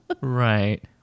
Right